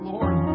Lord